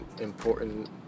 important